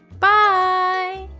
bye!